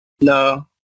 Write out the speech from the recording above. No